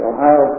Ohio